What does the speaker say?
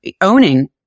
owning